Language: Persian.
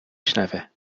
شنوه